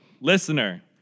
listener